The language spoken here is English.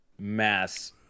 mass